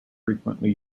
frequently